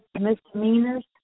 misdemeanors